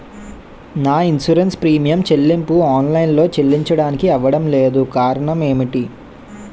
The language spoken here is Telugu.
నా ఇన్సురెన్స్ ప్రీమియం చెల్లింపు ఆన్ లైన్ లో చెల్లించడానికి అవ్వడం లేదు కారణం ఏమిటి?